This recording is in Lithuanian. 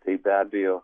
tai be abejo